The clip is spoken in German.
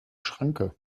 schranke